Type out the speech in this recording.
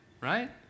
right